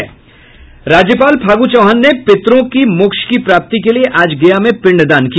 राज्यपाल फागू चौहान ने पितरों की मोक्ष की प्राप्ति के लिए आज गया में पिंडदान किया